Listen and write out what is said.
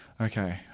Okay